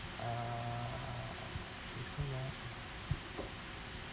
uh it's correct